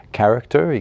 character